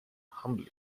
humbly